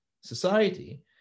society